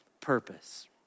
purpose